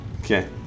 Okay